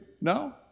No